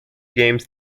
games